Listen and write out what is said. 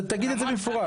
תגיד את זה במפורש.